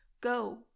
go